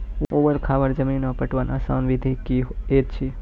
ऊवर खाबड़ जमीन मे पटवनक आसान विधि की ऐछि?